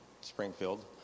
Springfield